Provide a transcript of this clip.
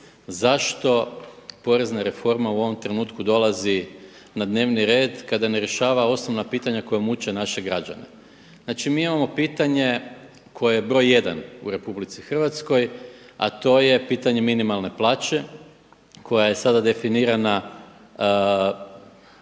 zašto porezna reforma u ovom trenutku dolazi na dnevni red kada ne rješava osnovna pitanja koja muče naše građane. Znači mi imamo pitanje koje je broj jedan u RH, a to je pitanje minimalne plaće koja je sada definirana